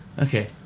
Okay